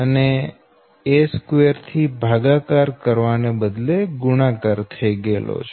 અનેa2થી ભાગાકાર કરવાને બદલે ગુણાકાર થઈ ગયેલો છે